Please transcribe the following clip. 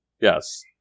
Yes